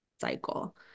cycle